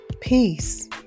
Peace